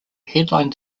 headlined